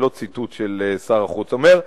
זה לא ציטוט של מה ששר החוץ אומר.